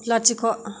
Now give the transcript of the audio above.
लाथिख'